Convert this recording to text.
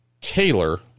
Taylor